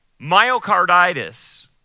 myocarditis